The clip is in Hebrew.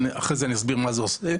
שאחר כך אני אסביר מה זה עושה,